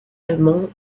allemand